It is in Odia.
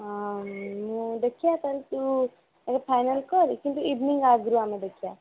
ମୁଁ ଦେଖିବା ତା'ହେଲେ ତୁ ଏବେ ଫାଇନାଲ କରେ କିନ୍ତୁ ଇଭିନିଂ ଆଗରୁ ଆମେ ଦେଖିବା